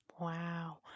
Wow